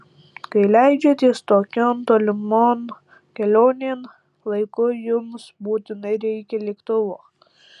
kai leidžiatės tokion tolimon kelionėn laiku jums būtinai reikia lėktuvo